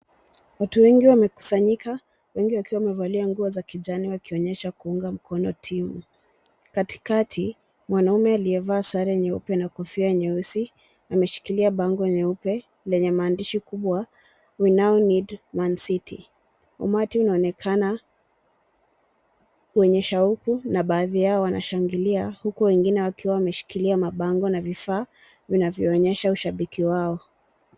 Watu wengi wamekusanyika, wengi wakiwa wamevalia nguo za kijani wakionyesha kuunga mkono timu. Katikati, mwanaume aliyevaa sare nyeupe na kofia nyeusi ameshikilia bango nyeupe lenye maandishi kubwa we now need Man City . Umati unaonekana kuonyesha huku na baadhi yao wanashangilia huku wengine wakiwa wameshikilia mabango na vifaa vinavyoonyesha ushabiki wao.